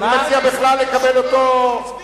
אני מציע לקבל אותו, תצביע.